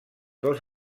dos